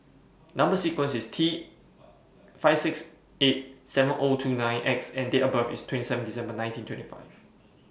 Number sequence IS T five six eight seven two nine X and Date of birth IS two seven December nineteen twenty five